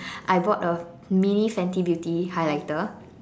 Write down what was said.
I bought a mini fenty beauty highlighter